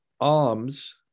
alms